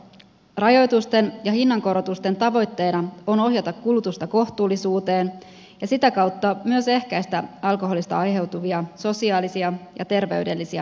rajoitusten ja hinnankorotusten tavoitteena on ohjata kulutusta kohtuullisuuteen ja sitä kautta myös ehkäistä alkoholista aiheutuvia sosiaalisia ja terveydellisiä haittoja